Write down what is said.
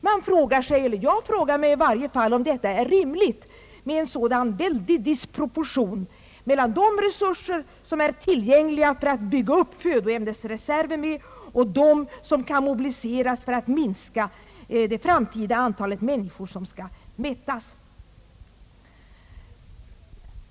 Man frågar sig — jag frågar mig i varje fall — om det är rimligt med en sådan väldig disproportion mellan de resurser, som är tillgängliga för att bygga upp födoämnesreserver, och dem som kan mobiliseras för att minska det framtida antalet människor som skall mättas.